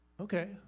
okay